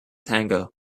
tango